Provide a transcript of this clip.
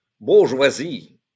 bourgeoisie